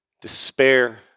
Despair